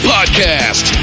Podcast